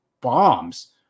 bombs